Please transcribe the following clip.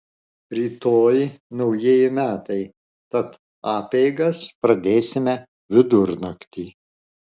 rytoj naujieji metai tad apeigas pradėsime vidurnaktį